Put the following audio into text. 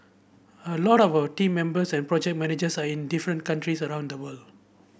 a lot of our team members and project managers are in different countries around the world